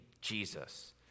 Jesus